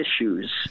issues